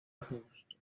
justo